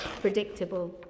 predictable